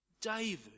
David